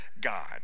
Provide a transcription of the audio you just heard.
God